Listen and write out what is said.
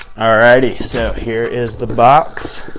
ah righty so here is the box,